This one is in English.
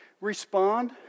Respond